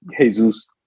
Jesus